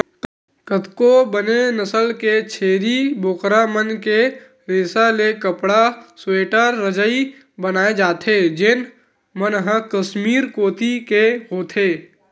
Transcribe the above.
कतको बने नसल के छेरी बोकरा मन के रेसा ले कपड़ा, स्वेटर, रजई बनाए जाथे जेन मन ह कस्मीर कोती के होथे